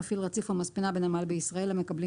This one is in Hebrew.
מפעיל רציף או מספנה בנמל בישראל המקבלים